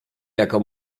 jako